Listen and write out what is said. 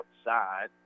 outside